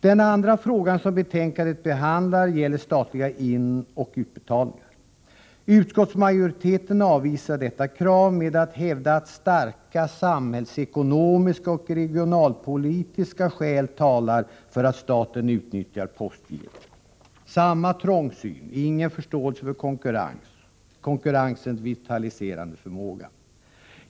Den andra frågan som betänkandet behandlar gäller statliga inoch utbetalningar. Utskottsmajoriteten avvisar vårt motionskrav med att hävda att starka samhällsekonomiska och regionalpolitiska skäl talar för att staten utnyttjar postgirot. Samma trångsyn — ingen förståelse för konkurrensens vitaliserande förmåga.